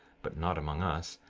but not among us,